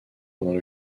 pendant